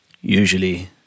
usually